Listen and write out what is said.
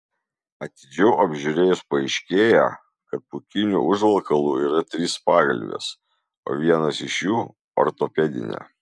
atidžiau apžiūrėjus paaiškėja kad pūkiniu užvalkalu yra trys pagalvės o vienas iš jų ortopedinė